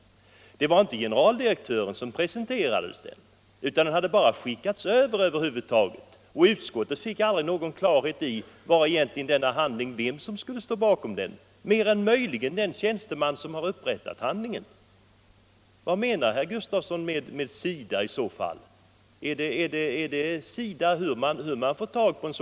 Det var inte generaldirektören som presenterade den, utan den hade bara skickats över till utskottet, och utskottet fick aldrig någon klarhet i vem som egentligen stod bakom handlingen, mer än möjligen den tjänsteman som har upprättat den. Vad menar herr Gustavsson i så fall med SIDA? Är en sådan handling SIDA:s oavsett hur man fått tag på den?